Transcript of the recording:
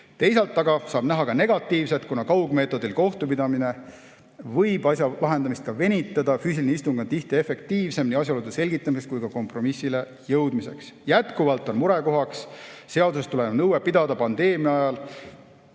Teisalt aga saab näha ka negatiivset, kuna kaugmeetodil kohtupidamine võib asja lahendamist venitada. Füüsiline istung on tihti efektiivsem nii asjaolude selgitamiseks kui ka kompromissile jõudmiseks. Jätkuvalt on murekohaks seadusest tulenev nõue pidada pandeemia ajal